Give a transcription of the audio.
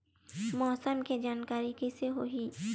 मौसम के जानकारी कइसे होही?